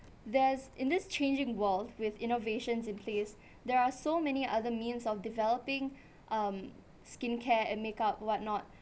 there's in this changing world with innovations in place there are so many other means of developing um skincare and makeup whatnot